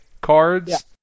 cards